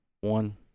one